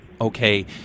okay